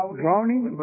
drowning